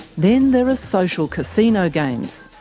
then there are social casino games,